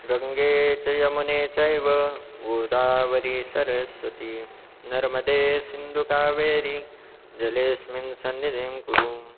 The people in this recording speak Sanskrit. गङ्गे च यमुने चैव गोदावरि सरस्वति नर्मदे सिन्धु कावेरि जलेस्मिन् सन्निधिं कुरु